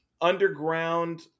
underground